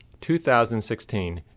2016